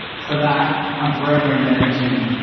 for that, i'm forever indebted to you.